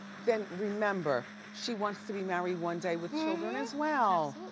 then remember, she wants to be married one day with children as well.